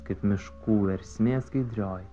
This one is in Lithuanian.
kaip miškų versmė skaidrioji